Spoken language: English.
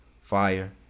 Fire